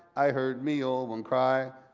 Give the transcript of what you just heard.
i heard me ol' one cry.